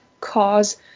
cause